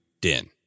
Din